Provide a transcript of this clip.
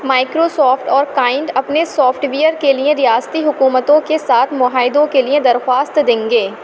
micro soft اور کائنڈ اپنے سافٹ ویئر کے لیے ریاستی حکومتوں کے ساتھ مہایدوں کے لیے درخواست دیں گے